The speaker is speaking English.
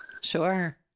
Sure